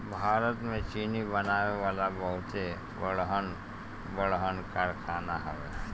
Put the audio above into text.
भारत में चीनी बनावे वाला बहुते बड़हन बड़हन कारखाना हवे